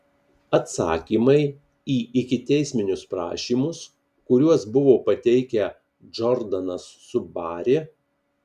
atsakymai į ikiteisminius prašymus kuriuos buvo pateikę džordanas su bari